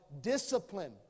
discipline